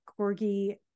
corgi